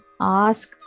ask